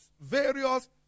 various